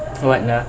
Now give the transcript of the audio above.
what na